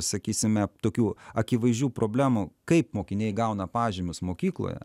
sakysime tokių akivaizdžių problemų kaip mokiniai gauna pažymius mokykloje